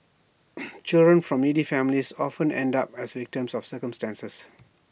children from needy families often end up as victims of circumstance